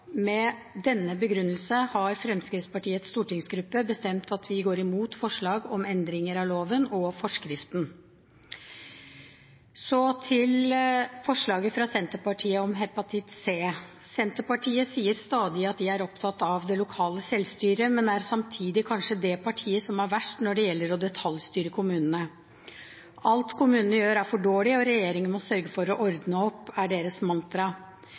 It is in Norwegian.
Med denne begrunnelse har Fremskrittspartiets stortingsgruppe bestemt at vi går imot forslag om endringer av loven og forskriften. Så til forslaget fra Senterpartiet om hepatitt C. Senterpartiet sier stadig at de er opptatt av det lokale selvstyret, men er samtidig kanskje det partiet som er verst når det gjelder å detaljstyre kommunene. Alt kommunene gjør, er for dårlig, og regjeringen må sørge for å ordne opp, er deres mantra.